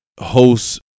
hosts